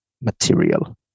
material